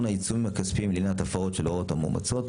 העיצומים הכספיים לעניין הפרות של הוראות המאומצות.